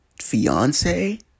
Fiance